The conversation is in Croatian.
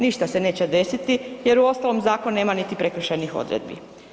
Ništa se neće desiti jer u ostalom zakon nema niti prekršajnih odredbi.